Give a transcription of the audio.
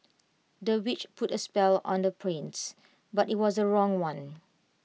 the witch put A spell on the prince but IT was the wrong one